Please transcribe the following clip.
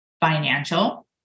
financial